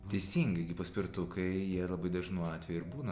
teisingai gi paspirtukai jie labai dažnu atveju ir būna